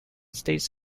states